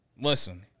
Listen